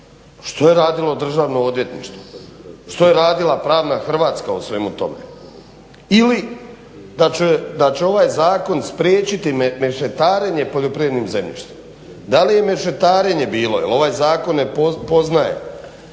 Što je radilo državno odvjetništvo, što je radila pravna Hrvatska u svemu tome. Ili da će ovaj zakon spriječiti mešetarenje poljoprivrednim zemljištem. Da li je mešetarenje bilo jer ovaj zakon ne poznaje